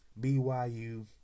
BYU